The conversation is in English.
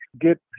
get